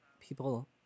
people